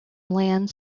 land